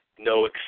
no